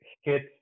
hit